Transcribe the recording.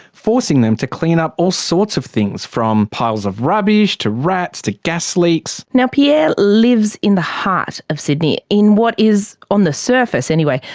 forcing them to clean up all sorts of things from piles of rubbish, to rats, to gas leaks. now pierre lives in the heart of sydney in what is, on the surface anyway,